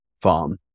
farm